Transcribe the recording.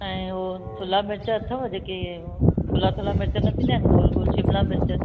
ऐं हू थुल्हा मिर्चु अथव जेके थुल्हा थुल्हा मिर्चु न थींदा आहिनि गोल गोल शिमला मिर्चु